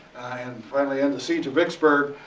and finally end the siege of vicksburg.